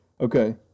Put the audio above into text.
okay